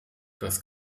das